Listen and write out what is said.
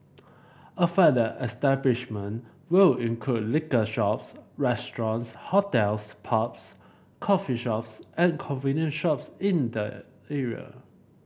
affected establishment will include liquor shops restaurants hotels pubs coffee shops and convenience shops in the area